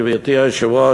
גברתי היושבת-ראש,